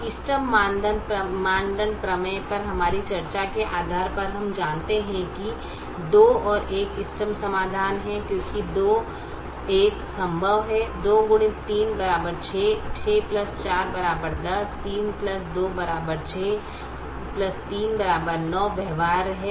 अब इष्टतम मानदंड प्रमेय पर हमारी चर्चा के आधार पर अब हम जानते हैं कि 21 इष्टतम समाधान है क्योंकि 21 संभव है 2 x 3 6 6 4 10 3 2 6 3 9 व्यवहार्य है